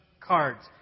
cards